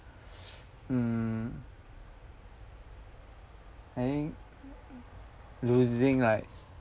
mm I think losing like